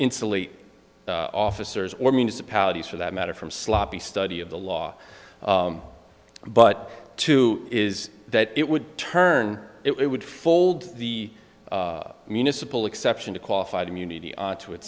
insulate officers or municipalities for that matter from sloppy study of the law but to is that it would turn it would fold the municipal exception to qualified immunity to